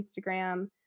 Instagram